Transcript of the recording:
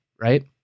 right